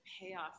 payoff